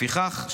לפיכך,